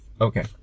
Okay